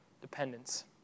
dependence